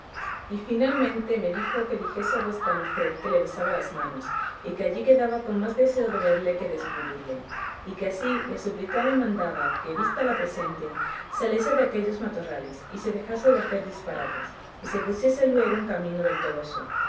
y finalmente me dijo que dijese a vuestra merced que le besaba las manos y que allí quedaba con más deseo de verle que de escribirle y que así le suplicaba y mandaba que vista la presente saliese de aquellos matorrales y se dejase de hacer disparates y se pusiese luego luego en camino del toboso